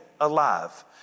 alive